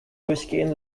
durchgehen